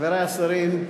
חברי השרים,